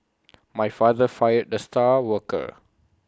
my father fired the star worker